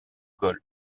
golfe